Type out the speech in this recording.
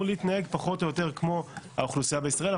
להתנהג פחות או יותר כמו האוכלוסייה בישראל,